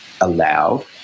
allowed